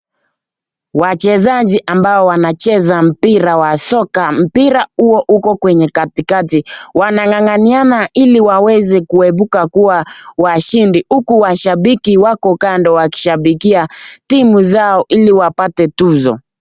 Wachezaji ambao wanacheza mpira wa soka. Mpira huo uko kwenye katikati, wanang'ang'aniana ili waweze kuimbuka kuwa washindi uku washambiki wako kando wakishambikia timu zao ili wapate tuzo.